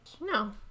no